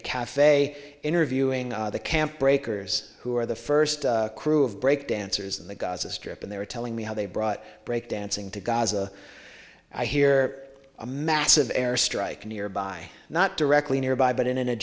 a cafe interviewing the camp breakers who were the first crew of break dancers in the gaza strip and they were telling me how they brought breakdancing to gaza i hear a massive airstrike nearby not directly nearby but in an